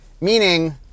Meaning